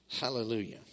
Hallelujah